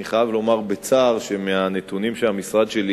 אני חייב לומר בצער שמהנתונים שהמשרד שלי